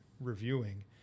reviewing